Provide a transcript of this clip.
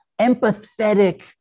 empathetic